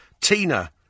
Tina